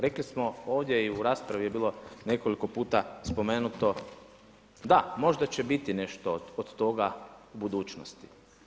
Rekli smo ovdje i u raspravi je bilo nekoliko puta spomenuto, da, možda će biti nešto od toga u budućnosti.